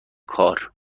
کار